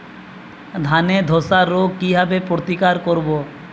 ধানে ধ্বসা রোগ কিভাবে প্রতিরোধ করব?